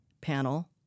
panel